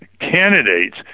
candidates